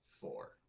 four